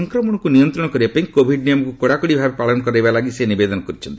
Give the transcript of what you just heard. ସଂକ୍ରମଣକୁ ନିୟନ୍ତ୍ରଣ କରିବା ପାଇଁ କୋଭିଡ୍ ନିୟମକୁ କଡ଼ାକଡ଼ି ଭାବେ ପାଳନ କରିବା ଲାଗି ସେ ନିବେଦନ କରିଛନ୍ତି